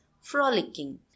frolicking